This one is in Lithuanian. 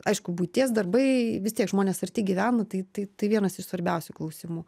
aišku buities darbai vis tiek žmonės arti gyvena tai tai tai vienas iš svarbiausių klausimų